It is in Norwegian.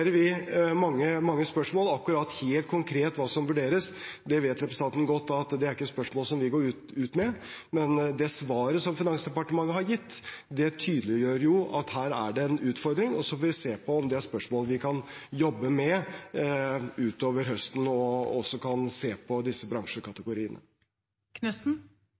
vi mange spørsmål. Akkurat helt konkret hva som vurderes, vet representanten godt at ikke er spørsmål som vi går ut med. Men det svaret som Finansdepartementet har gitt, tydeliggjør jo at her er det en utfordring, og så får vi se på om det er spørsmål vi kan jobbe med utover høsten, og også kan se på disse